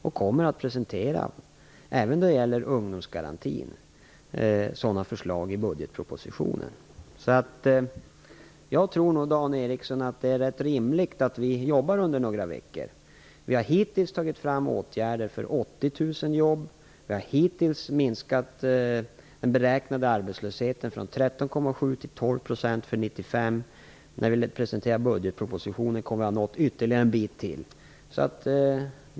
Vi kommer att presentera sådana förslag i budgetpropositionen - även när det gäller ungdomsgarantin. Jag tror, Dan Ericsson, att det är rätt rimligt att vi jobbar under några veckor. Vi har hittills tagit fram åtgärder för att skapa 80 000 jobb. Vi har hittills minskat den beräknade arbetslösheten från 13,7 till 12,0 % för år 1995. När vi presenterar budgetpropositionen kommer vi att ha nått ytterligare en bit.